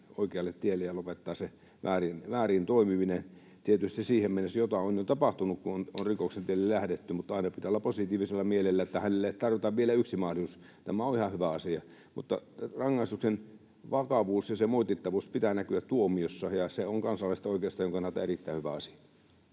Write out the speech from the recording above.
oikealle tielle ja lopettaa se väärin toimiminen. Tietysti siihen mennessä jotain on jo tapahtunut, kun on rikoksen tielle lähdetty, mutta aina pitää olla positiivisella mielellä, että hänelle tarjotaan vielä yksi mahdollisuus. Tämä on ihan hyvä asia. Mutta rangaistuksen vakavuuden ja sen moitittavuuden pitää näkyä tuomiossa, ja se on kansalaisten oikeustajun kannalta erittäin hyvä asia.